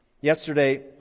Yesterday